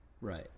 Right